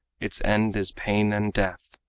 its end is pain and death.